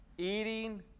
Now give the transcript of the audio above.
Eating